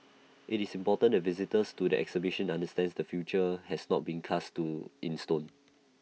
IT is important the visitors to the exhibition understand the future has not been cast in stone